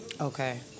okay